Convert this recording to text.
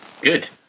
good